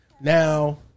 Now